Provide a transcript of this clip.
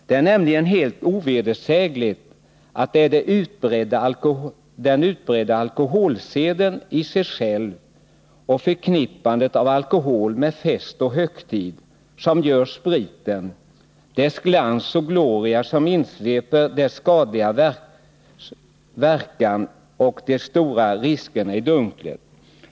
Det är nämligen helt ovedersägligt att det är den utbredda alkoholseden i sig själv och förknippandet av alkohol med fest och högtid som ger spriten glans och gloria och insveper dess skadliga verkan och stora risker i dunkel.